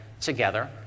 together